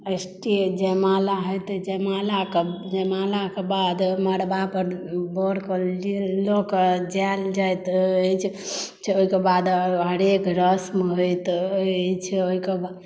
stage जयमाला होइत अछि जयमालाके बाद मड़बा पर बरके लऽ कऽ जायल जाइत अछि ओहि के बाद हरेक रस्म होइत अछि ओहि के बाद